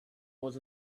was